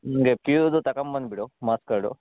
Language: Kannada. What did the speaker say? ಹಾಗೆ ಪಿ ಯುದು ತಗಂಬಂದುಬಿಡು ಮಾರ್ಕ್ಸ್ ಕಾರ್ಡು